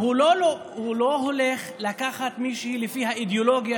הוא לא הולך לקחת מישהי לפי האידיאולוגיה